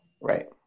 right